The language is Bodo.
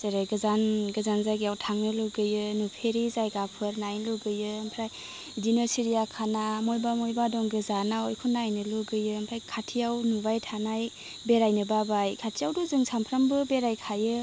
जेरै गोजान गोजान जायगायाव थांनो लुगैयो नुफेरि जायगाफोर नायनो लुगैयो ओमफ्राय बिदिनो सिरियाखाना महायबा महायबा दं गोजानाव बेखौ नाइनो लुगैयो ओमफ्राय खाथियाव नुबाय थानाय बेरायनो बाबाय खाथियावथ' जों सानफ्रोमबो बेरायखायो